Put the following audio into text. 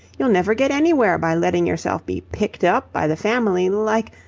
you'll never get anywhere by letting yourself be picked up by the family like.